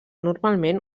normalment